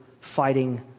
fighting